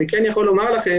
אני כן יכול לומר לכם